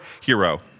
hero